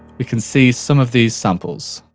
we can see some of these samples.